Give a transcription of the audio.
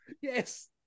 Yes